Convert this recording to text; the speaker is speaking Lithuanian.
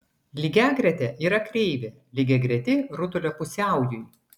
lygiagretė yra kreivė lygiagreti rutulio pusiaujui